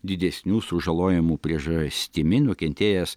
didesnių sužalojimų priežastimi nukentėjęs